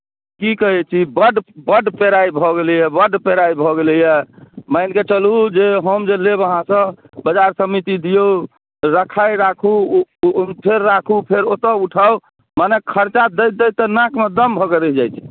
की कहैत छी बड्ड बड्ड पेड़ाय भऽ गेलैए बड्ड पेड़ाय भऽ गेलैए मानि कऽ चलू जे हम जे लेब अहाँसँ बाजार समीति दियौ रखाय राखू फेर राखू फेर ओतय उठाउ मने खर्चा दैत दैत तऽ नाकमे दम भऽ कऽ रहि जाइत छै